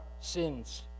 sins